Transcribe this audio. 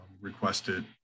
requested